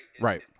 right